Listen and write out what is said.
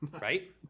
right